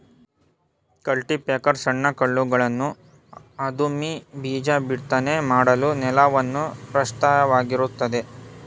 cultipacker ಸಣ್ಣ ಕಲ್ಲುಗಳನ್ನು ಅದುಮಿ ಬೀಜ ಬಿತ್ತನೆ ಮಾಡಲು ನೆಲವನ್ನು ಪ್ರಶಸ್ತವಾಗಿರುತ್ತದೆ